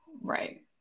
right